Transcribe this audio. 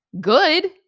good